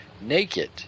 naked